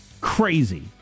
crazy